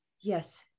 Yes